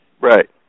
right